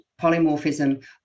polymorphism